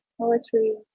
Poetry